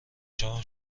شوم